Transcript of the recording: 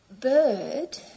bird